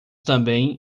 também